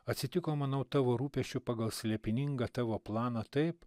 atsitiko manau tavo rūpesčių pagal slėpiningą tavo planą taip